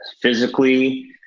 Physically